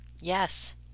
yes